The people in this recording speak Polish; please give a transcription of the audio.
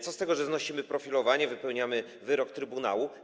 Co z tego, że znosimy profilowanie, wypełniamy wyrok trybunału?